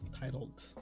titled